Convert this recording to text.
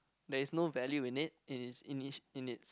there is no value in it in it's in each in it's